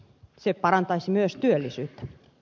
se parantaisi myös työllisyyttä